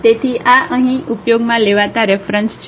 તેથી આ અહીં ઉપયોગમાં લેવાતા રેફરન્સ છે